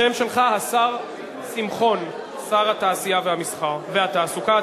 השם שלך, השר שמחון, שר התעשייה, המסחר והתעסוקה.